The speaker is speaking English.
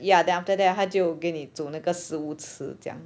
then after that 他就给你煮那个食物这样